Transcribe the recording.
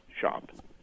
shop